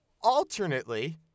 alternately